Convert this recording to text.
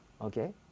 Okay